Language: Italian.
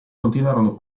continuarono